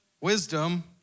wisdom